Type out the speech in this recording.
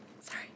sorry